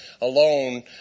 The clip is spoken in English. alone